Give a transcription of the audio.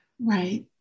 right